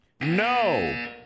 No